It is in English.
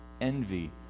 envy